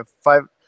five